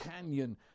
canyon